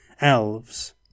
Elves